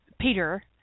Peter